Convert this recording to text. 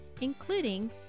including